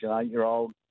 eight-year-old